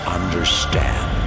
understand